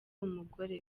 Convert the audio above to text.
umugore